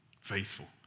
faithful